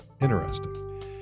Interesting